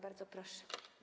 Bardzo proszę.